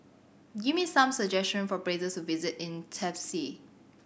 give me some suggestion for places to visit in Tbilisi